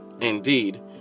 Indeed